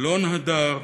אלון הדר,